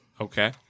Okay